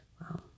Wow